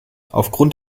aufgrund